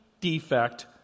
defect